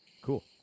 Cool